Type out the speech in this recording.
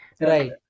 Right